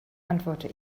antworte